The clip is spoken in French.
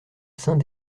saint